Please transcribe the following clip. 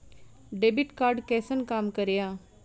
Debit card कैसन काम करेया?